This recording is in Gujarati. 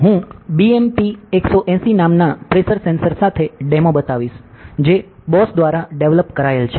હું BMP 180 નામના પ્રેશર સેન્સર સાથે ડેમો બતાવીશ જે બોશ દ્વારા ડેવલોપ કરાયેલ છે